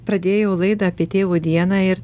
pradėjau laidą apie tėvo dieną ir